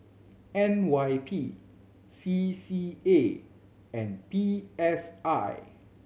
N Y P C C A and P S I